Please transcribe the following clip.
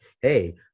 hey